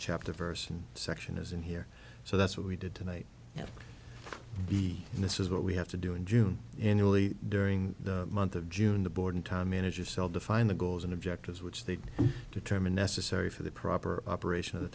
chapter verse and section as in here so that's what we did tonight yes and this is what we have to do in june in italy during the month of june the board time manages cell define the goals and objectives which they determine necessary for the proper operation of the